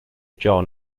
john